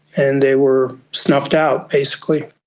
and they were snuffed out basically.